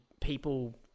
people